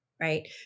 Right